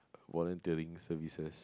volunteering services